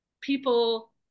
people